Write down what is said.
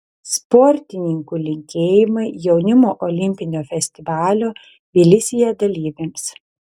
sportininkų linkėjimai jaunimo olimpinio festivalio tbilisyje dalyviams